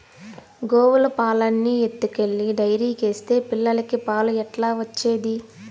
గోవుల పాలన్నీ ఎత్తుకెళ్లి డైరీకేస్తే పిల్లలకి పాలు ఎట్లా వచ్చేది